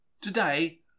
Today